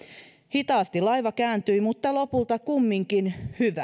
hitaasti laiva kääntyi mutta lopulta kumminkin hyvä